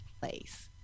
place